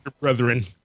Brethren